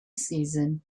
season